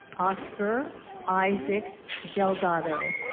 oscar isaac delgado